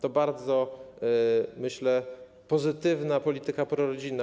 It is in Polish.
To bardzo pozytywna polityka prorodzinna.